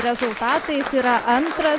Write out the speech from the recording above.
rezultatais yra antras